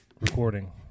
recording